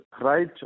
right